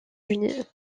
unis